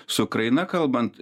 su ukraina kalbant